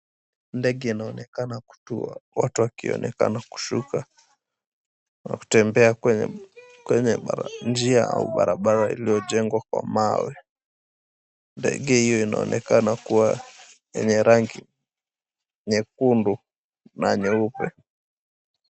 Ndege inaonekana kutua, watu wakionekana kushuka. Wanatembea kwenye njia au barabara iliyojengwa kwa mawe. Ndege hio inaonekana kuwa yenye rangi nyekundu na nyeupe.